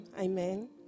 Amen